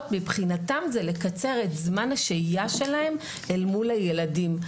אז מבחינתם זה לקצר את זמן השהייה שלהם מול הילדים.